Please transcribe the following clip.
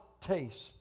taste